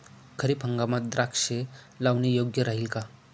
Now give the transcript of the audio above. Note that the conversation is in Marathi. खरीप हंगामात द्राक्षे लावणे योग्य राहिल का?